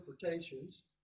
interpretations